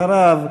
אחריו,